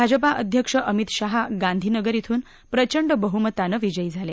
भाजपा अध्यक्ष अमित शहा गांधी नगर िशून प्रचंड बहुमतानं विजयी झाले